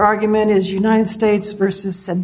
argument is united states versus s